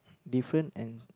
different and